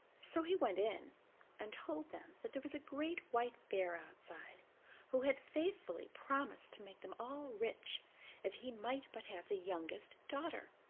so he went in and told them that there was a great white bear outside who had faithfully promised to make them all rich if he might but have the youngest daughter.